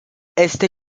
éste